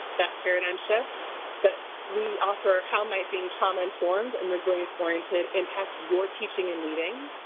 that paradigm shift that we offer, how might being trauma-informed and resilience-oriented impact your teaching and leading?